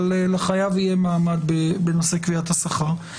אבל לחייב יהיה מעמד בנושא קביעת השכר.